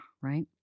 Right